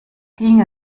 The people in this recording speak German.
ging